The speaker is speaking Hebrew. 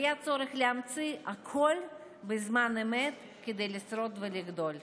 היה צורך להמציא הכול בזמן אמת כדי לשרוד ולגדול.